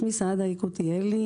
שמי סעדה יקותיאלי.